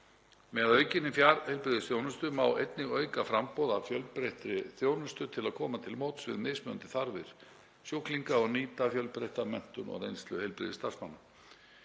Með aukinni fjarheilbrigðisþjónustu má einnig auka framboð af fjölbreyttri þjónustu til að koma til móts við mismunandi þarfir sjúklinga og nýta fjölbreytta menntun og reynslu heilbrigðisstarfsmanna.